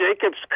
Jacob's